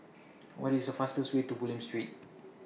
What IS The fastest Way to Bulim Street